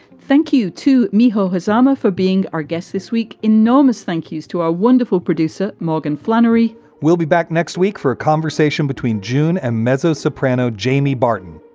thank you to miho hazama for being our guest this week. enormous thank you's to a wonderful producer, morgan flannery we'll be back next week for a conversation between june and mezzo soprano jamie barton.